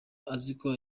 aziko